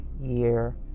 year